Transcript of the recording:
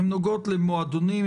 הן נוגעות למועדונים,